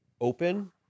open